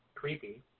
creepy